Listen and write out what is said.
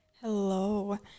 Hello